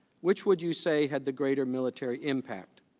which would you say had the greater military impact?